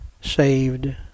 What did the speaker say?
saved